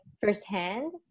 firsthand